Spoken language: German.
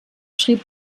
schrieb